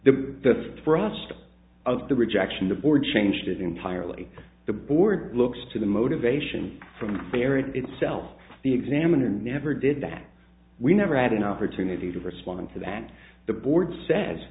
the thrust of the rejection the board changed entirely the board looks to the motivation from the area itself the examiner never did that we never had an opportunity to respond to that and the board says